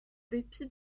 dépit